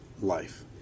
life